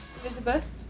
Elizabeth